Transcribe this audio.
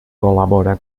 col·labora